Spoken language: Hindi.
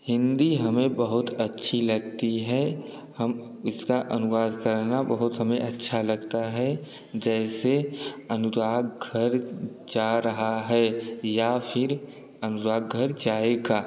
हिंदी हमें बहुत अच्छी लगती है हम उसका अनुवाद करना बहुत हमें अच्छा लगता है जैसे अनुजाद घर जा रहा है या फ़िर अनुजा घर जाएगा